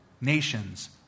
nations